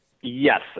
Yes